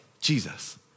Jesus